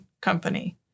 Company